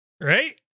Right